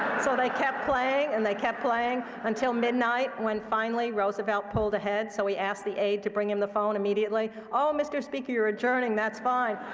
so they kept playing, and they kept playing, until midnight when finally roosevelt pulled ahead, so he asked the aide to bring him the phone immediately. oh, mr. speaker, you're adjourning, that's fine.